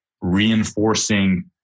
reinforcing